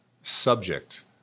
subject